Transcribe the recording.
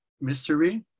mystery